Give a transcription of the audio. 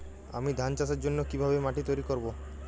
আমি ধান চাষের জন্য কি ভাবে মাটি তৈরী করব?